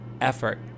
effort